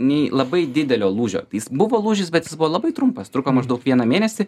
nei labai didelio lūžio tai jis buvo lūžis bet jis buvo labai trumpas truko maždaug vieną mėnesį